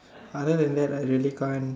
other than that I really can't